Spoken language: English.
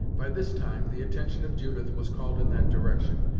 by this time, the attention of judith was called in that direction,